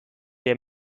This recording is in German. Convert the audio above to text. der